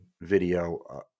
video